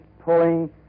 pulling